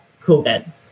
COVID